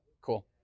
Cool